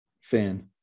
fan